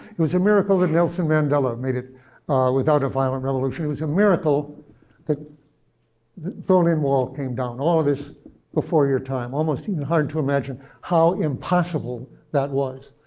it was a miracle that nelson mandela made it without a violent revolution. it was a miracle that the berlin wall came down, all of this before your time. almost even hard to imagine how impossible that was.